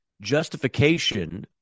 justification